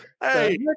Hey